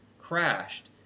crashed